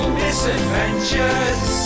misadventures